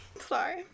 Sorry